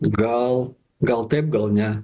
gal gal taip gal ne